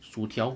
薯条